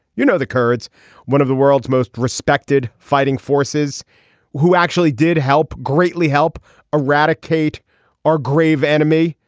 you know the kurds one of the world's most respected fighting forces who actually did help greatly help eradicate our grave enemy.